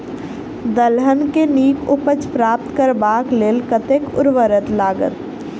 दलहन केँ नीक उपज प्राप्त करबाक लेल कतेक उर्वरक लागत?